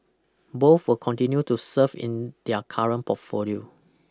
both will continue to serve in their current portfolio